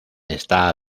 está